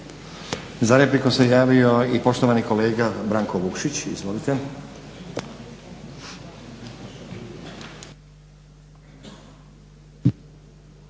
Za repliku se javio i poštovani kolega Branko Vukšić. Izvolite.